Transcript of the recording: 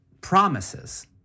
promises